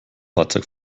fahrzeug